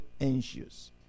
anxious